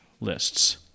Lists